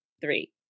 three